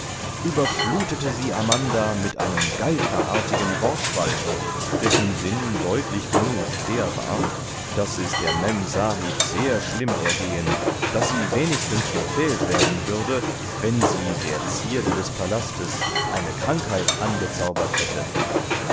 überflutete sie amanda mit einem geiferartigen wortschwall dessen sinn deutlich genug der war daß es der memsahib sehr schlimm ergehen daß sie wenigstens gepfählt werden würde wenn sie der zierde des palastes eine krankheit angezaubert hätte